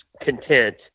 content